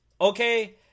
Okay